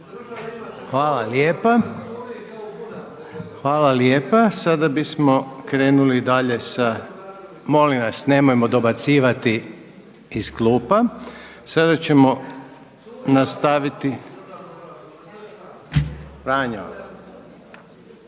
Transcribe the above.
Željko (HDZ)** Hvala lijepa. Sada bismo krenuli dalje sa, molim vas nemojmo dobacivati iz klupa. Sada ćemo nastaviti sa raspravom